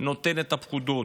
נותן את הפקודות.